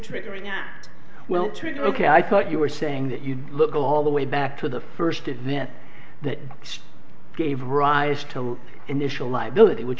act well trigger ok i thought you were saying that you look all the way back to the first event that gave rise to initial liability which